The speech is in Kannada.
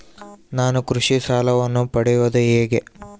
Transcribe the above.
ನಾನು ಕೃಷಿ ಸಾಲವನ್ನು ಪಡೆಯೋದು ಹೇಗೆ?